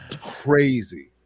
Crazy